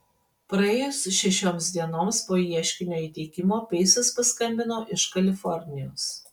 praėjus šešioms dienoms po ieškinio įteikimo peisas paskambino iš kalifornijos